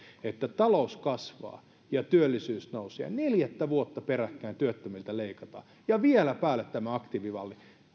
kun talous kasvaa ja työllisyys nousee ja neljättä vuotta peräkkäin työttömiltä leikataan ja vielä päälle tämä aktiivimalli